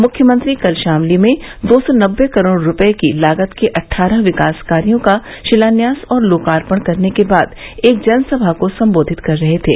मुख्यमंत्री कल शामली में दो सौ नब्बे करोड़ रूपये की लागत के अट्ठारह विकास कार्यों का शिलान्यास और लोकार्पण करने के बाद एक जनसभा को संबोधित कर रहे थे